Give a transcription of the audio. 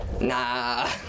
Nah